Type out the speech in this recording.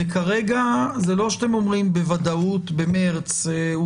וכרגע זה לא שאתם אומרים בוודאות בחודש מארס הוא